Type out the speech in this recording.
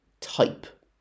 type